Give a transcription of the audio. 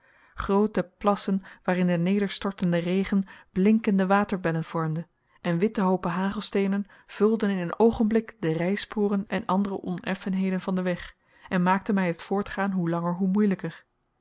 groote plassen waarin de nederstortende regen blinkende waterbellen vormde en witte hoopen hagelsteenen vulden in een oogenblik de rijsporen en andere oneffenheden van den weg en maakten mij het voortgaan hoe langer hoe moeilijker